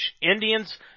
Indians